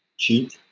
cheat,